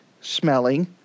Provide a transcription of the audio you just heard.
smelling